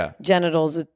genitals